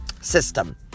system